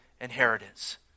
inheritance